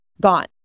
gone